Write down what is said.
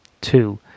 Two